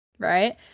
Right